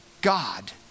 God